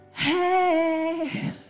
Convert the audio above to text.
Hey